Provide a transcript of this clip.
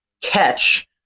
catch